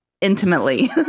Intimately